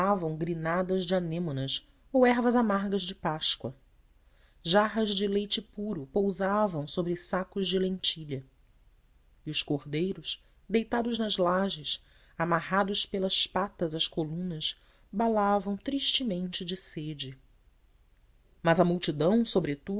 apregoavam grinaldas de anêmonas ou ervas amargas de páscoa jarras de leite puro pousavam sobre sacos de lentilha e os cordeiros deitados nas lajes amarrados pelas patas às colunas balavam tristemente de sede mas a multidão sobretudo